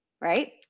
right